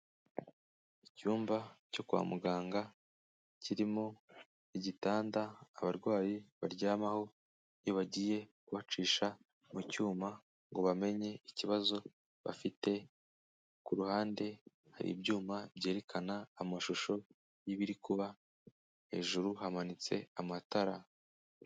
Icyumba cyo kwa muganga kirimo igitanda abarwayi baryamaho iya bagiye kubacisha mu cyuma ngo bamenye ikibazo bafite, ku ruhande hari ibyuma byerekana amashusho y'ibiri kuba, hejuru hamanitse amatara.